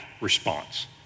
response